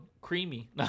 creamy